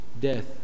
death